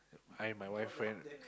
I and my wife friend